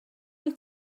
wyt